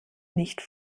nicht